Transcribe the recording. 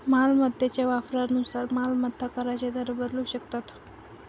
मालमत्तेच्या वापरानुसार मालमत्ता कराचे दर बदलू शकतात